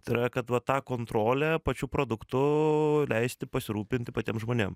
tai yra kad va tą kontrolę pačiu produktu leisti pasirūpinti patiem žmonėm